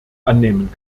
annehmen